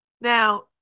Now